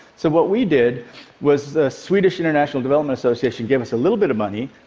so what we did was a swedish international development association gave us a little bit of money,